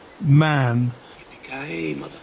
man